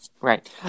right